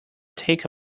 take